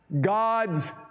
God's